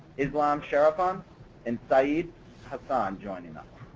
islam shariff, um and sayeed hassan joining us.